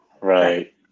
right